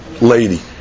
lady